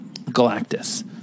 galactus